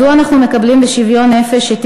מדוע אנחנו מקבלים בשוויון נפש את